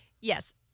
yes